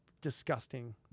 disgusting